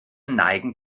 neigen